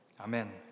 Amen